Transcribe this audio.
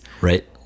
Right